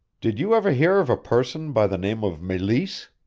did you ever hear of a person by the name of meleese?